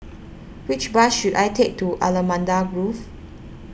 which bus should I take to Allamanda Grove